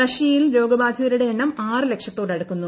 റഷ്യയിൽ രോഗബാധിതരുട്ടി എണ്ണം ആറ് ലക്ഷത്തോട് അടുക്കുന്നു